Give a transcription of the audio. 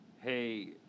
Hey